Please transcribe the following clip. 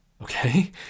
Okay